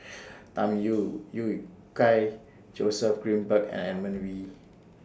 Tham Yui Yui Kai Joseph Grimberg and Edmund Wee